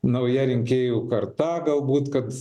nauja rinkėjų karta galbūt kad